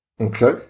Okay